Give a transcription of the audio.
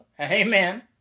Amen